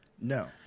No